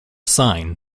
sign